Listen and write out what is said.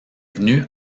venu